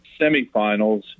semifinals